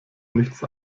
nichts